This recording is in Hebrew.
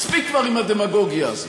מספיק כבר עם הדמגוגיה הזאת,